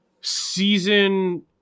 season